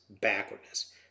backwardness